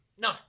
No